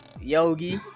Yogi